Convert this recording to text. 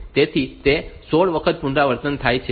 તેથી તે 16 વખત પુનરાવર્તિત થાય છે